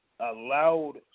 Allowed